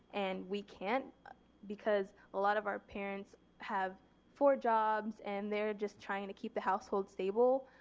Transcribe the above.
and we can't because a lot of our parents have four jobs and they're just trying to keep the household stable